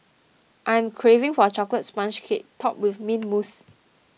I am craving for a Chocolate Sponge Cake Topped with Mint Mousse